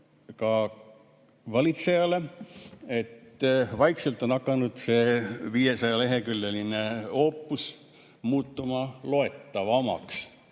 ka valitsejale, et vaikselt on hakanud see 500‑leheküljeline oopus muutuma loetavamaks.